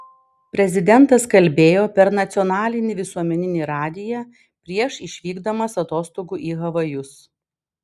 prezidentas kalbėjo per nacionalinį visuomeninį radiją prieš išvykdamas atostogų į havajus